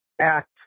act